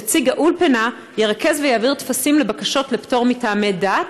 נציג האולפנה ירכז ויעביר טפסים לבקשות לפטור מטעמי דת.